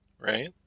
right